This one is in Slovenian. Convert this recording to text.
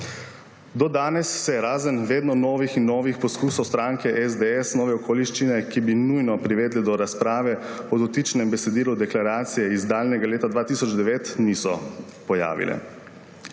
Do danes se, razen vedno novih in novih poskusov stranke SDS, nove okoliščine, ki bi nujno privedle do razprave o dotičnem besedilu deklaracije iz daljnega leta 2009, niso pojavile.